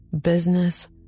business